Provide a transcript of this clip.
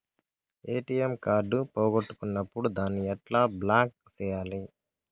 ATM card పోగొట్టుకున్నప్పుడు దాన్ని ఎట్లా బ్లాక్ సేయాలి